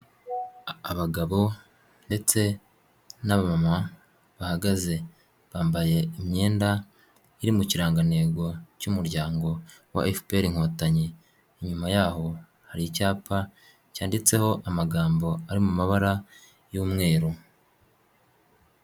Abagabo ndetse n'abamama bahagaze, bambaye imyenda iri mu kirangantego cy'umuryango wa FPR Inkotanyi, inyuma y'aho hari icyapa cyanditseho amagambo ari mu mabara y'umweru.